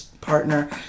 partner